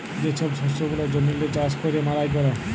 যে ছব শস্য গুলা জমিল্লে চাষ ক্যইরে মাড়াই ক্যরে